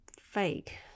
fake